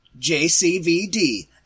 JCVD